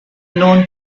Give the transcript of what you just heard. known